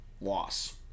loss